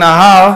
גנאים,